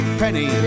penny